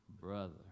brother